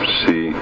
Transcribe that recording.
see